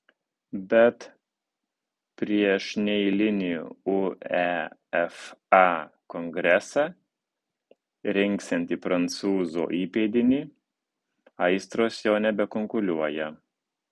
bet prieš neeilinį uefa kongresą rinksiantį prancūzo įpėdinį aistros jau nebekunkuliuoja